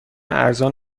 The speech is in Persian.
ارزان